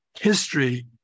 history